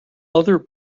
other